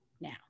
now